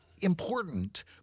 important